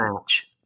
match